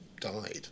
died